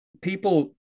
people